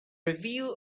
review